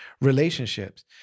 relationships